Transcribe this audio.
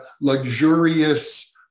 luxurious